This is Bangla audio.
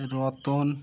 রতন